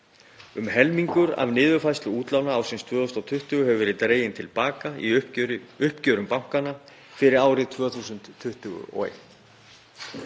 Um helmingur af niðurfærslu útlána ársins 2020 hefur verið dreginn til baka í uppgjörum bankanna fyrir árið 2021.